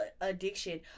addiction